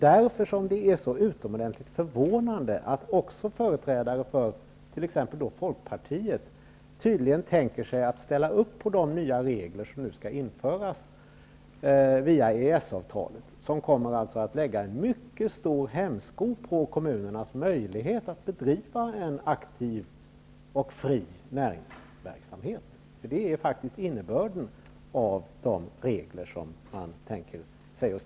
Därför är det utomordentligt förvånande att också företrädare för t.ex. Folkpartiet tydligen kan tänka sig att ställa upp på de nya regler som skall införas via EES avtalet. Det kommer att innebära att en mycket stor hämsko läggs på kommunerna när det gäller deras möjligheter att bedriva en aktiv och fri näringsverksamhet. Det är faktiskt innebörden av de regler som man tänker skriva in.